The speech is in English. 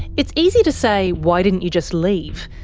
it's easy to say, why didn't you just leave?